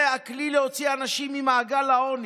זה הכלי להוציא אנשים ממעגל העוני,